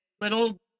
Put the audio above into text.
little